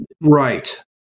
Right